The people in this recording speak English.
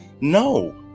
No